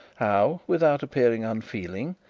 how, without appearing unfeeling,